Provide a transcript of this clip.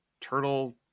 turtle